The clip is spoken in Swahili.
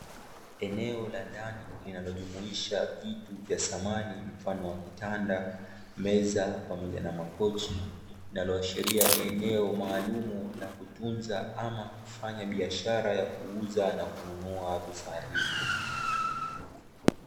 Eneo la ndani linalojumuisha vitu vya thamani mfano wa kitanda, meza, pamoja na makochi, linalo ashiria ni eneo maalumu la kutunza ama kufanya biashara ya kuuza na kununua vifaa hivyo